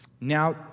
Now